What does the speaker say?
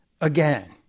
again